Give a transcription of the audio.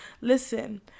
Listen